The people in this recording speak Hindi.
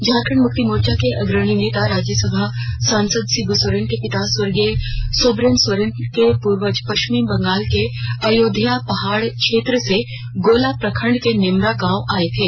झारखंड मुक्ति मोर्चा के अग्रणी नेता राज्यसभा सांसद शिव्र सोरेन के पिता स्वर्गीय सोबरन सोरेन के पूर्वज पश्चिम बंगाल के अयोध्या पहाड़ क्षेत्र से गोला प्रखंड के नेमरा गांव आए थे